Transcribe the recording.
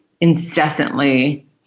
Incessantly